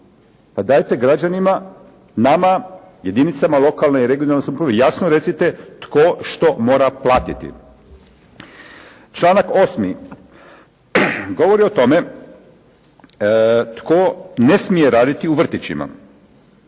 Pa dajte građanima, nama jedinicama lokalne samouprave jasno recite tko što mora platiti. Članak 8. govori o tome tko ne smije raditi u vrtićima